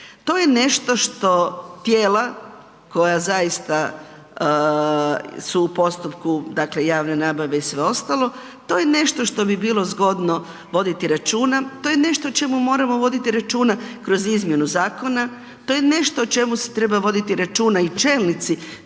To je nešto što tijela koja zaista su u postupku javne nabave i sve ostalo, to je nešto što bi bilo zgodno voditi računa, to je nešto o čemu moramo voditi računa kroz izmjenu zakona, to je nešto o čemu se treba voditi računa i čelnici